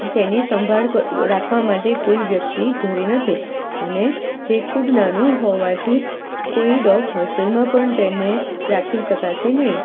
તેની સંભાળ રાખવા માટે કોઈ વ્યક્તિ ઘરે નથી અને તે ખૂબ નાનું હોવાથી કોઈ ડોગ હોસ્ટેલમાં પણ તેને રાખી શકાશે નહીં